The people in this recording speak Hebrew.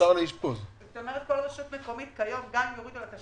כל רשות מקומית כיום, גם אם יורידו לה.